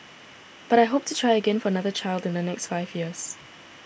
but I hope to try again for another child in the next five years